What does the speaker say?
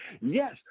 yes